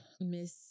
Miss